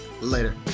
Later